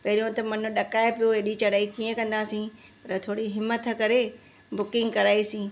पहरियों त मन ॾकाए पियो एॾी चढ़ाई कीअं कंदासीं त थोड़ी हिमथ करे बुकिंग कराईसीं